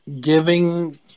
giving